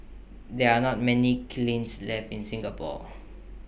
there are not many kilns left in Singapore